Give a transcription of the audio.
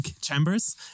Chambers